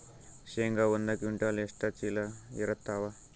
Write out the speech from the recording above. ಶೇಂಗಾ ಒಂದ ಕ್ವಿಂಟಾಲ್ ಎಷ್ಟ ಚೀಲ ಎರತ್ತಾವಾ?